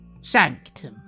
sanctum